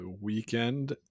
weekend